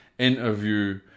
interview